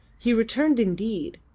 he returned indeed,